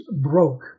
broke